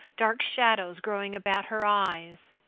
dark shadows growing about her eyes.